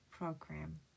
program